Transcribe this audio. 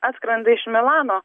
atskrenda iš milano